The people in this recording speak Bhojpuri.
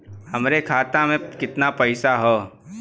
हमरे खाता में कितना पईसा हौ?